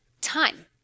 time